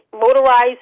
motorized